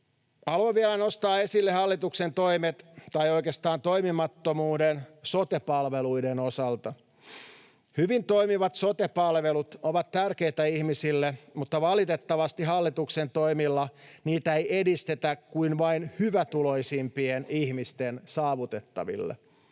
Haluan vielä nostaa esille hallituksen toimet, tai oikeastaan toimimattomuuden, sote-palveluiden osalta. Hyvin toimivat sote-palvelut ovat tärkeitä ihmisille, mutta valitettavasti hallituksen toimilla niitä ei edistetä kuin vain hyvätuloisimpien ihmisten saavutettaville.